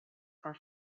are